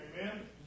amen